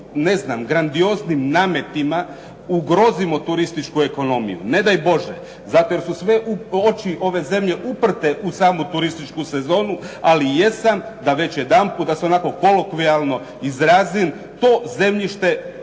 novim grandioznim nametima ugrozimo turističku ekonomiju, ne daj Bože zato jer su sve oči ove zemlje uprte u samu turističku sezonu ali jesam da već jedanput da se onako kolokvijalno izrazim to zemljište